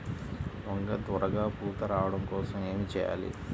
వంగ త్వరగా పూత రావడం కోసం ఏమి చెయ్యాలి?